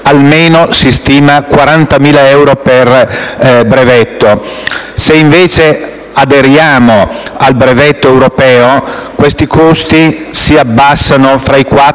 almeno 40.000 euro per brevetto). Se invece aderiamo al brevetto europeo, tali costi si abbassano fra i